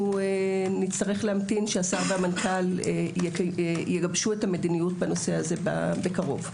נצטרך להמתין שהשר והמנכ"ל יגבשו את המדיניות בנושא הזה בקרוב.